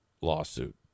lawsuit